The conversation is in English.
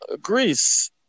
Greece